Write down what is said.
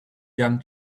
young